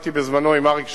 עבדתי בזמנו עם אריק שרון,